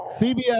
CBS